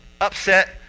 upset